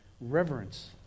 reverence